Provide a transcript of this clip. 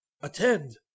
Attend